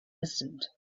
distant